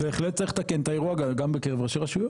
בהחלט צריך לתקן אות האירוע גם בקרב ראשי רשויות.